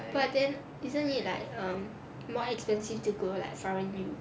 but then isn't it like um more expensive to go like foreign U